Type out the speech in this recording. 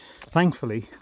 Thankfully